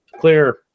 clear